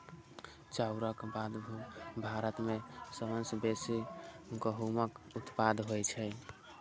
चाउरक बाद भारत मे सबसं बेसी गहूमक उत्पादन होइ छै